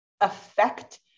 affect